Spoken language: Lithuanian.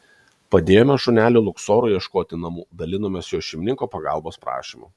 padėjome šuneliui luksorui ieškoti namų dalinomės jo šeimininko pagalbos prašymu